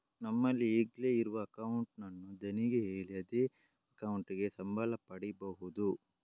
ನಮ್ಮಲ್ಲಿ ಈಗ್ಲೇ ಇರುವ ಅಕೌಂಟ್ ಅನ್ನು ಧಣಿಗೆ ಹೇಳಿ ಅದೇ ಅಕೌಂಟಿಗೆ ಸಂಬಳ ಪಡೀಬಹುದು